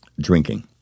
drinking